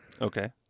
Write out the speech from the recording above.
okay